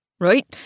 Right